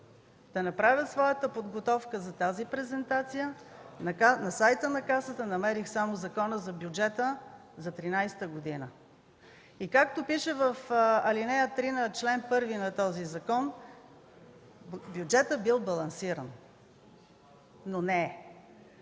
да направя своята подготовка за тази презентация, на сайта на Касата намерих само Закона за бюджета за 2013 г. И както пише в ал. 3 на чл. 1 на този закон, бюджетът бил балансиран. Но не е!